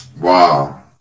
Wow